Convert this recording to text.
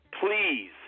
Please